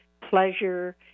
pleasure